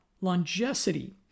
longevity